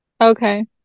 Okay